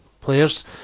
players